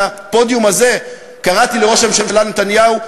מהפודיום הזה קראתי לראש הממשלה נתניהו: